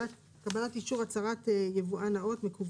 קבלת אישור הצהרת יבואן נאות מקוון.